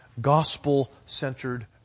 gospel-centered